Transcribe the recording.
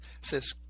says